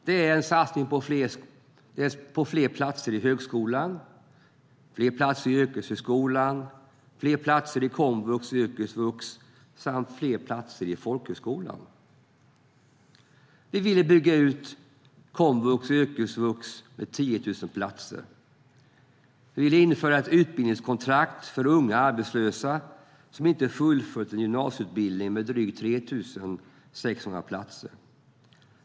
Det är en satsning på fler platser i högskolan, fler platser i yrkeshögskolan, fler platser i komvux och yrkesvux samt fler platser i folkhögskolan. Vi vill bygga ut komvux och yrkesvux med 10 000 platser. Vi vill införa ett utbildningskontrakt med drygt 3 600 platser inom komvux och yrkesvux för unga arbetslösa som inte fullföljt en gymnasieutbildning.